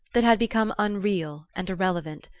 that had become unreal and irrelevant,